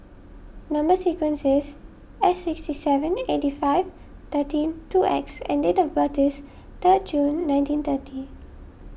Number Sequence is S sixty seven eighty five thirteen two X and date of birth is third June nineteen thirty